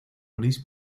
gris